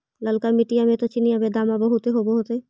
ललका मिट्टी मे तो चिनिआबेदमां बहुते होब होतय?